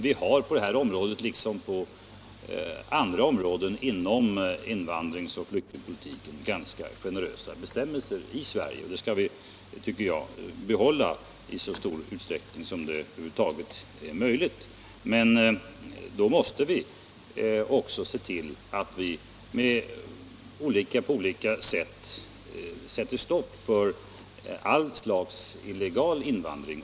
Vi har ju på detta liksom på andra områden inom invandringsoch flyktingpolitiken ganska generösa bestämmelser i Sverige, och dem tycker jag att vi skall behålla i så stor utsträckning som det över huvud taget är möjligt. Men då måste vi också se till att vi sätter stopp för allt slags illegal invandring.